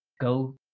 Go